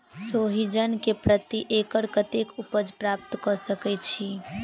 सोहिजन केँ प्रति एकड़ कतेक उपज प्राप्त कऽ सकै छी?